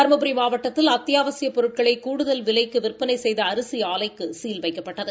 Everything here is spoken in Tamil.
தருமபுரி மாவட்டத்தில் அத்தியாவசியப் பொருட்களை கூடுதல் விலைக்கு விற்பனை செய்த அரிசி ஆலைக்கு சீல் வைக்கப்பட்டது